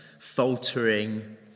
faltering